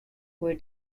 were